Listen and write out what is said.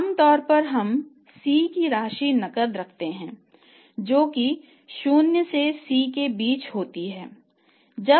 आम तौर पर हम C की राशि नकद रखते हैं जो कि 0 से C के बीच में होती है